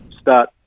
start